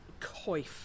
coif